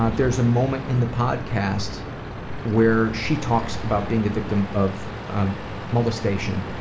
ah there's a moment in the podcast where she talks about being the victim of molestation.